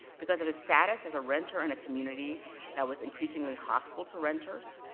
because of his status as a renter in a community that was increasingly hostile to renters,